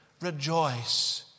rejoice